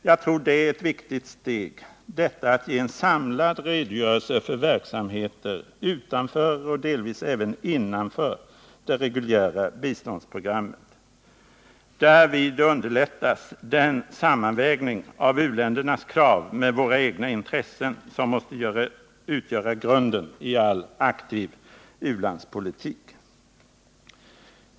Jag tror det är ett viktigt steg — detta att ge en samlad redogörelse för verksamheter utanför och delvis även innanför det reguljära biståndsprogrammet, som har betydelse för u-landspolitiken. Därmed underlättas den sammanvägning av u-ländernas krav med våra egna intressen som måste utgöra grunden i all aktiv u-landspolitik.